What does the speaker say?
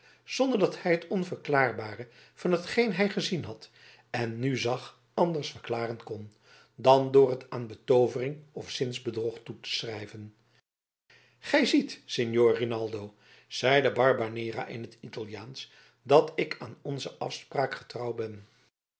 zonder dat hij het onverklaarbare van hetgeen hij gezien had en nu zag anders verklaren kon dan door het aan betoovering of zinsbedrog toe te schrijven gij ziet signor rinaldo zeide barbanera in t italiaansch dat ik aan onze afspraak getrouw ben